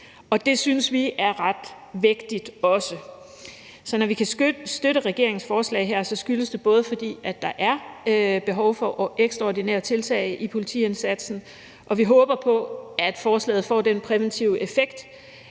og det synes vi også er ret vægtigt. Så når vi kan støtte regeringens forslag her, skyldes det både, at der er behov for ekstraordinære tiltag i politiindsatsen, og at vi håber på, at forslaget får den præventive effekt,